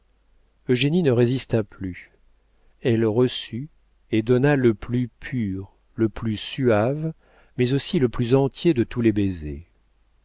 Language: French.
lui eugénie ne résista plus elle reçut et donna le plus pur le plus suave mais aussi le plus entier de tous les baisers